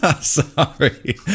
Sorry